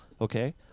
Okay